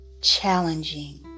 challenging